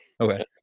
Okay